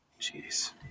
Jeez